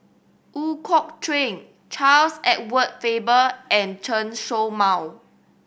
Ooi Kok Chuen Charles Edward Faber and Chen Show Mao